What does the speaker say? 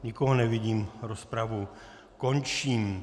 Nikoho nevidím, rozpravu končím.